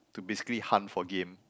to basically hunt for game